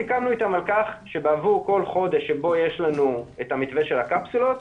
סיכמנו איתם על כך שבעבור כל חודש שבו יש לנו את המתווה של הקפסולות,